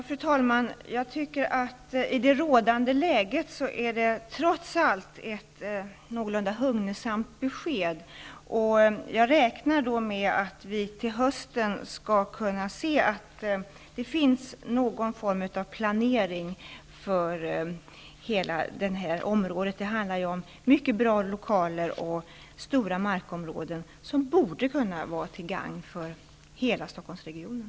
Fru talman! Jag tycker att i det rådande läget är det trots allt ett någorlunda hugnesamt besked. Jag räknar med att vi till hösten skall kunna se att det finns någon form av planering för hela detta område. Det handlar om mycket bra lokaler och stora markområden som borde kunna vara till gagn för hela Stockholmsregionen.